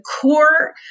core